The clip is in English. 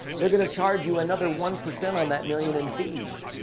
they're going to charge you another one percent on that million in fees.